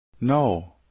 No